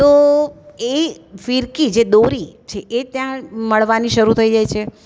તો એ ફીરકી જે દોરી છે એ ત્યાં મળવાની શરૂ થઈ જાય છે